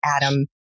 Adam